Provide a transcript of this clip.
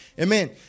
Amen